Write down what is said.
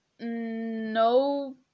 no